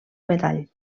metall